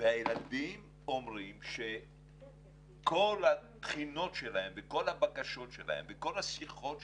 והילדים אומרים שכל התחינות שלהם וכל הבקשות שלהם וכל השיחות שלהם,